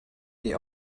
die